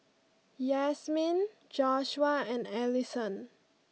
Yasmeen Joshua and Allison